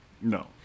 No